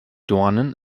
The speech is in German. dornen